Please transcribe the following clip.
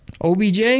OBJ